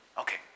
Okay